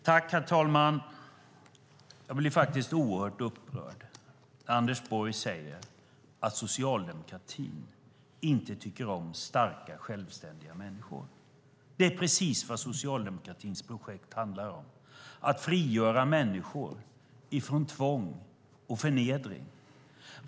Herr talman! Jag blir faktiskt oerhört upprörd när Anders Borg säger att socialdemokratin inte tycker om starka självständiga människor. Det är precis vad socialdemokratins projekt handlar om, att frigöra människor från tvång och förnedring.